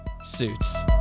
Suits